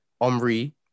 Omri